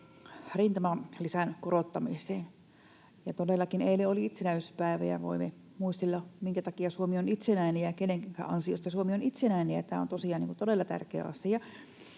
rintamalisän korottamiseen. Todellakin eilen oli itsenäisyyspäivä ja voimme muistella, minkä takia Suomi on itsenäinen ja kenenkä ansiosta Suomi on itsenäinen. Tämä on tosiaan todella tärkeä asia.